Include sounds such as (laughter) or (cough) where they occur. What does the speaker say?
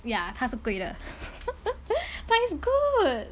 ya 他是贵的 (laughs) but it's good